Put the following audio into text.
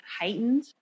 heightened